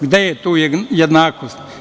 Gde je tu jednakost.